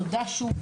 תודה שוב.